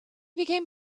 became